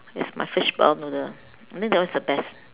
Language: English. yes my fishball noodle I think that one is the best